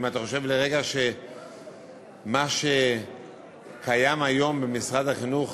אם אתה חושב לרגע שמה שקיים היום במשרד החינוך